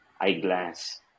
eyeglass